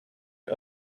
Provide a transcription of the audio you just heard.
you